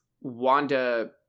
Wanda